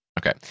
Okay